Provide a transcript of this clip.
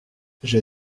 j’ai